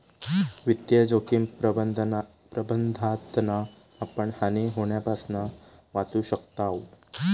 वित्तीय जोखिम प्रबंधनातना आपण हानी होण्यापासना वाचू शकताव